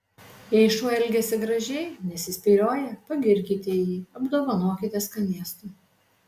jei šuo elgiasi gražiai nesispyrioja pagirkite jį apdovanokite skanėstu